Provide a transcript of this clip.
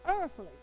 earthly